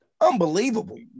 unbelievable